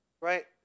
right